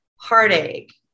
heartache